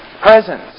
Presence